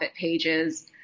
pages